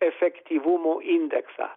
efektyvumo indeksą